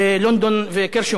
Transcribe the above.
אתה רואה שלפעמים,